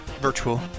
Virtual